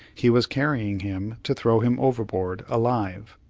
he was carrying him to throw him overboard, alive,